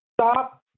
stop